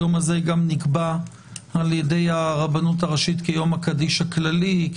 היום הזה גם נקבע על ידי הרבנות הראשית כיום הקדיש הכללי,